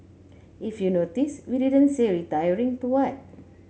if you notice we didn't say 'retiring' to what